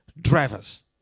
drivers